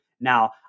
Now